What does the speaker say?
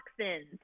toxins